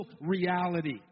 reality